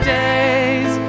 days